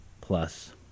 plus